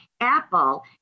Apple